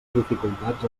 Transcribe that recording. dificultats